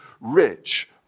rich